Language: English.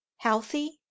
healthy